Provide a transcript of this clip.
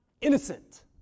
innocent